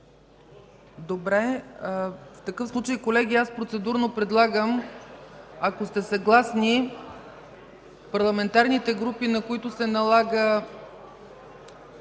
Колеги, в такъв случай, процедурно предлагам, ако сте съгласни, парламентарните групи, на които се налага